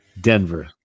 Denver